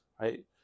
right